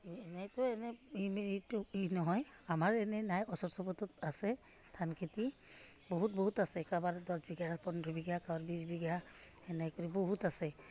এনেইতো এনে এইটো ই নহয় আমাৰ এনেই নাই ওচৰৰ চবতে আছে ধান খেতি বহুত বহুত আছে কাৰোবাৰ দহ বিঘা পোন্ধৰ বিঘা কাৰোবাৰ বিছ বিঘা এনেকৈ কৰি বহুত আছে